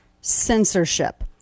censorship